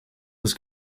was